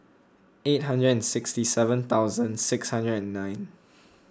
eight hundred and sixty seven thousand six hundred and nine